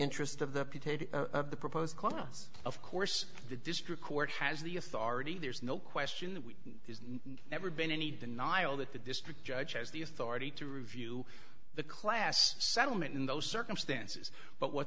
interest of the potato of the proposed class of course the district court has the authority there's no question that we've never been any denial that the district judge has the authority to review the class settlement in those circumstances but what